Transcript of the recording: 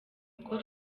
uko